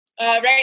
right